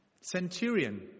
Centurion